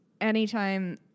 anytime